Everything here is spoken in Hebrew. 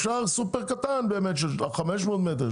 אפשר סופר קטן של 500 מטר,